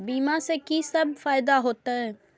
बीमा से की सब फायदा होते?